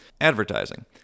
Advertising